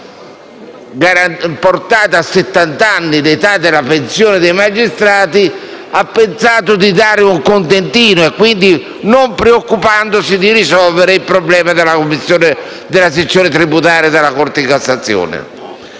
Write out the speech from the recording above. a settant'anni l'età della pensione dei magistrati, ha pensato di dare un contentino, non preoccupandosi di risolvere il problema della sezione tributaria della Corte di cassazione.